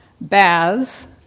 Baths